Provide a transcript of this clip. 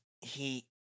he-